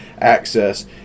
access